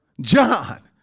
John